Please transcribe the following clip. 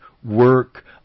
work